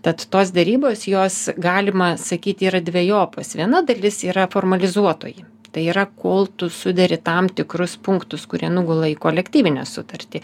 tad tos derybos jos galima sakyti yra dvejopos viena dalis yra formalizuotoji tai yra kol tu suderi tam tikrus punktus kurie nugula į kolektyvinę sutartį